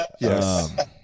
Yes